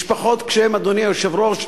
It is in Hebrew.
משפחות, אדוני היושב-ראש,